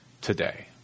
today